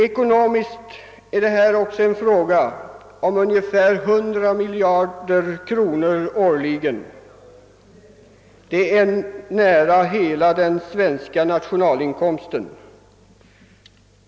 Ekonomiskt kostar kriget ungefär 100 miljarder kronor årligen. Det är nästan lika mycket som hela den svenska nationalinkomsten.